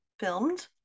filmed